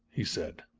he said.